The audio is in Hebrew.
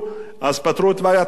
אז פתרו את בעיית השיכון.